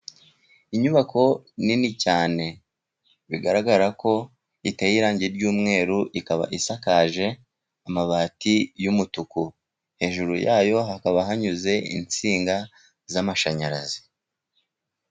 Inyubako nini cyane, bigaragara ko iteye irangi ry'umweru, ikaba isakaje amabati y'umutuku. Hejuru yayo hakaba hanyuze insinga z'amashanyarazi.